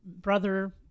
brother